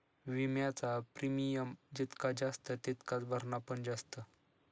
विम्याचा प्रीमियम जितका जास्त तितकाच भरणा पण जास्त